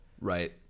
Right